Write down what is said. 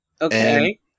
Okay